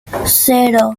cero